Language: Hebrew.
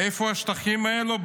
איפה השטחים האלה?